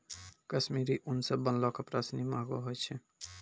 कश्मीरी उन सें बनलो कपड़ा सिनी महंगो होय छै